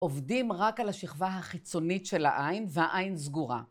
עובדים רק על השכבה החיצונית של העין והעין סגורה.